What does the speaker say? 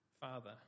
Father